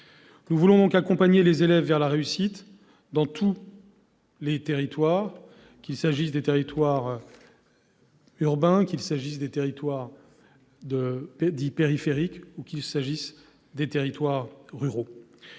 Nous voulons accompagner les élèves vers la réussite dans tous les territoires, qu'il s'agisse des territoires urbains, des territoires dits « périphériques » ou des territoires ruraux.